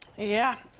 yeah.